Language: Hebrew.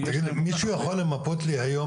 מישהו יכול למפות לי היום,